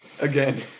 Again